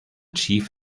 chief